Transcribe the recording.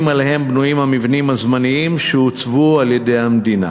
שעליהם בנויים המבנים הזמניים שהוצבו על-ידי המדינה